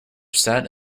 sat